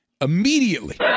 Immediately